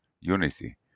unity